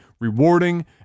rewarding